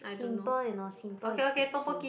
simple you know simple is the key